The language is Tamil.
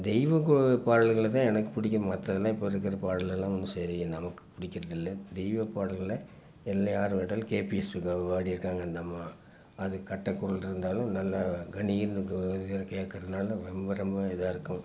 தெய்வ கு பாடல்களை தான் எனக்கும் பிடிக்கும் மற்றதெல்லாம் இப்போ இருக்கிற பாடலெல்லாம் ஒன்றும் சரியில்லை நமக்கு பிடிக்கிறதில்ல தெய்வ பாடல்களை என்ன யார் கேட்டாலும் கேபி சுந்தராம்பாள் பாடியிருக்குறாங்க அந்தம்மா அது கட்டைக்குரல் இருந்தாலும் நல்லா கனிர்னு கு கேட்கறனால ரொம்ப ரொம்ப இதாயிருக்கும்